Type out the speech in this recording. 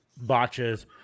botches